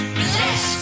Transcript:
bless